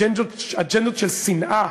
אג'נדות של שנאה,